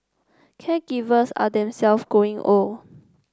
caregivers are themselve growing old